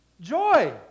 Joy